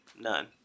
none